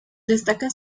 destaca